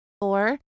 Four